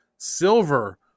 silver